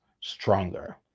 stronger